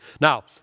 Now